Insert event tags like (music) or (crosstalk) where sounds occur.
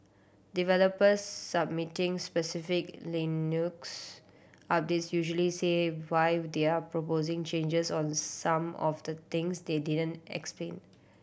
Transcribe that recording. developers submitting specific Linux updates usually say why (unintelligible) they're proposing changes on some of the things they didn't explain